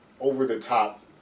over-the-top